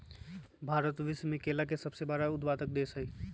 भारत विश्व में केला के सबसे बड़ उत्पादक देश हई